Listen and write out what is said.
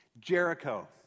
Jericho